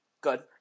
good